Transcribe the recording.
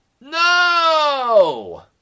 no